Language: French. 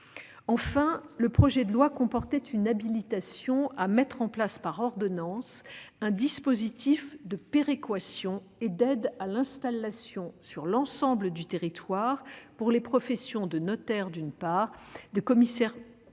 Enfin, le projet de loi comportait une habilitation à mettre en place, par ordonnance, un dispositif de péréquation et d'aide à l'installation sur l'ensemble du territoire pour les professions de notaire, d'une part, d'huissier de justice